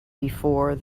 before